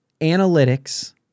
analytics